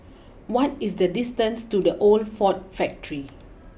what is the distance to the Old Ford Factory